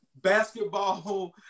Basketball